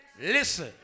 listen